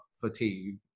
fatigue